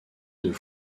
deux